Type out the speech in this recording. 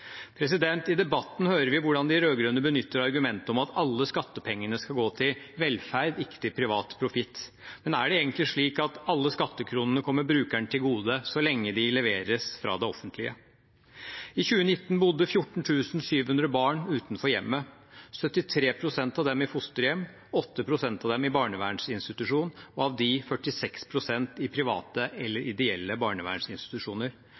I debatten hører vi hvordan de rød-grønne benytter argumentet om at alle skattepengene skal gå til velferd, ikke til privat profitt. Men er det egentlig slik at alle skattekronene kommer brukeren til gode, så lenge de leveres fra det offentlige? I 2019 bodde 14 700 barn utenfor hjemmet, 73 pst. av dem i fosterhjem, 8 pst. av dem i barnevernsinstitusjon, og av dem 46 pst. i private eller ideelle barnevernsinstitusjoner.